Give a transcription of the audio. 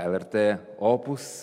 lrt opus